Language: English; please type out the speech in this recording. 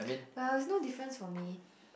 well it's no difference for me